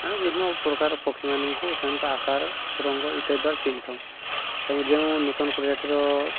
ଆମେ ବିଭିନ୍ନ ପ୍ରକାର ପକ୍ଷୀମାନଙ୍କୁ ସେମାନଙ୍କ ଆକାର ରଙ୍ଗ ଇତ୍ୟାଦି ଦ୍ୱାରା ଚିହ୍ନିଥାଉ ଏବଂ ଯେଉଁ ନୂତନ ପ୍ରଜାତିର